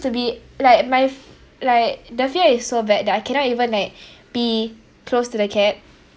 to be like my like the fear is so bad that I cannot even like be close to the cat